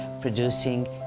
producing